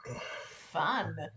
Fun